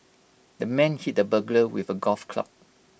the man hit the burglar with A golf club